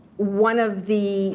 one of the